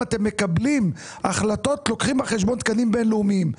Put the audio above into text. אתם מקבלים החלטות לוקחים בחשבון תקנים בין לאומיים.